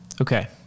Okay